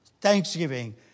Thanksgiving